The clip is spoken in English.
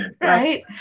Right